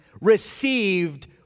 received